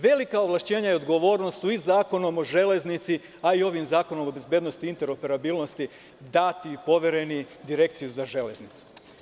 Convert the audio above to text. Velika ovlašćenja i odgovornost su i Zakonom o železnici a i ovim zakonom o bezbednosti interoperabilnosti dati, povereni Direkciji za železnicu.